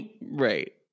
Right